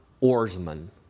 oarsman